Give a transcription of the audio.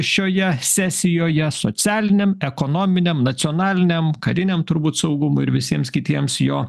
šioje sesijoje socialiniam ekonominiam nacionaliniam kariniam turbūt saugumui ir visiems kitiems jo